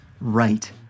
right